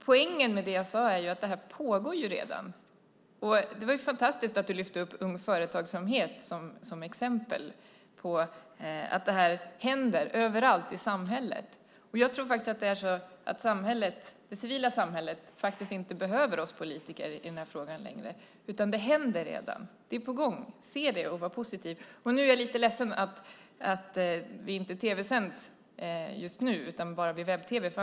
Poängen med vad jag sade är att detta redan pågår. Det var fantastiskt att du lyfte upp ung företagsamhet som exempel på att det här händer överallt i samhället. Jag tror inte att det civila samhället behöver oss politiker i den här frågan längre. Det händer redan. Det är på gång. Se det, och var positiv! Jag är lite ledsen för att vi inte tv-sänds just nu, utan bara via webb-tv.